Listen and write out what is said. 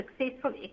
successful